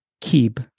Keep